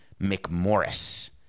McMorris